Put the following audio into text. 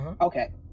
Okay